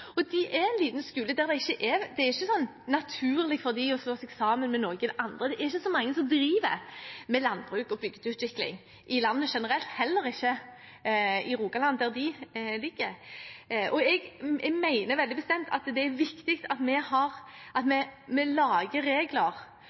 Og de er en liten skole, det er ikke naturlig for dem å slå seg sammen med noen andre. Det er ikke så mange som driver med landbruk og bygdeutvikling i landet generelt og heller ikke i Rogaland, der de er. Jeg mener veldig bestemt at det er viktig at vi lager regler og systemer som er enkle å forholde seg til, slik at vi